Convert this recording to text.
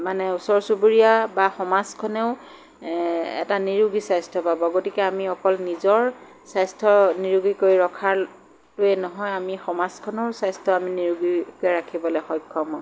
মানে ওচৰ চুবুৰীয়া বা সমাজখনেও এটা নিৰোগী স্বাস্থ্য পাব গতিকে আমি অকল নিজৰ স্বাস্থ্য নিৰোগী কৰি ৰখাটোৱে নহয় আমি সমাজখনৰ স্বাস্থ্যও আমি নিৰোগীকৈ ৰাখিবলৈ সক্ষম হওঁ